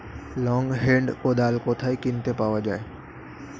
Long hand কোদাল কোথায় কিনতে পাওয়া যায়?